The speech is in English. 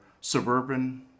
suburban